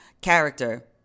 character